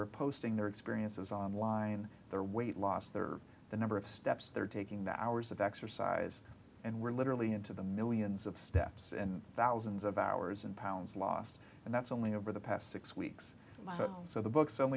are posting their experiences online their weight loss their the number of steps they're taking the hours of exercise and we're literally into the millions of steps and thousands of hours and pounds lost and that's only over the past six weeks so so the books